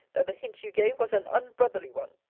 that the hint you gave was an unbrotherly one.